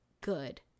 good